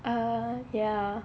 err ya